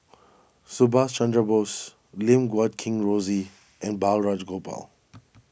Subhas Chandra Bose Lim Guat Kheng Rosie and Balraj Gopal